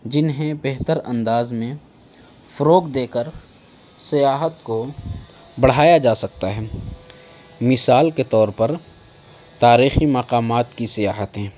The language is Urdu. جنہیں بہتر انداز میں فروغ دے کر سیاحت کو بڑھایا جا سکتا ہے مثال کے طور پر تاریخی مقامات کی سیاحتیں